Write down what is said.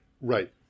Right